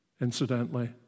Incidentally